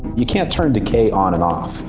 you can't turn decay on and off.